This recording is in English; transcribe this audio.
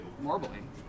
marbling